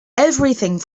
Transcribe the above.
everything